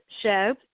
show